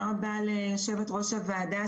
תודה רבה ליושבת-ראש הוועדה,